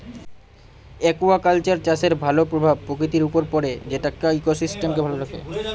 aquaculture চাষের ভালো প্রভাব প্রকৃতির উপর পড়ে যেটা ইকোসিস্টেমকে ভালো রাখে